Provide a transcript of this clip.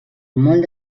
molt